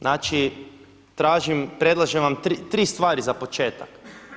Znači tražim, predlažem vam tri stvari za početak.